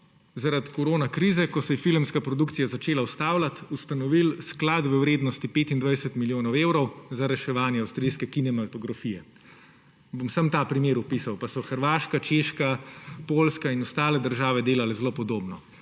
zaradi koronakrize, ko se je filmska produkcija začela ustavljati, ustanovili sklad v vrednosti 25 milijonov evrov za reševanje avstrijske kinematografije. Bom samo ta primer opisal, pa so Hrvaška, Češka, Poljska in ostale države delale zelo podobno.